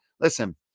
listen